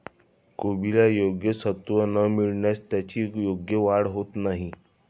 कोबीला योग्य सत्व न मिळाल्यास त्याची योग्य वाढ होत नाही